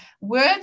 words